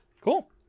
Cool